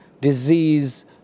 disease